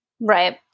Right